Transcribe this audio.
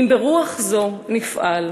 אם ברוח זו נפעל,